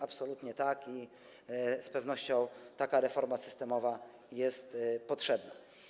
Absolutnie tak, z pewnością taka reforma systemowa jest potrzebna.